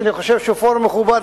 שאני חושב שהוא פורום מכובד,